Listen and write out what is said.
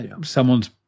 Someone's